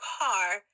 car